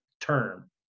term